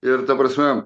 ir ta prasme